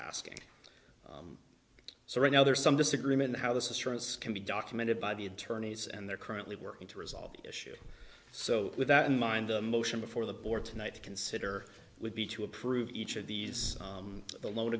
asking so right now there's some disagreement how this is sure as can be documented by the attorneys and they're currently working to resolve the issue so with that in mind a motion before the board tonight to consider would be to approve each of these the loa